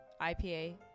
IPA